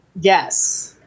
yes